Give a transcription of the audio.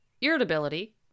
irritability